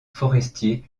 forestier